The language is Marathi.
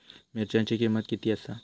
मिरच्यांची किंमत किती आसा?